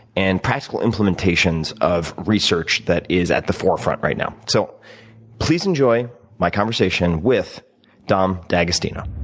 and practical implementations of research that is at the forefront right now. so please enjoy my conversation with dom d'agostino.